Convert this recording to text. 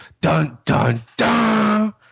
dun-dun-dun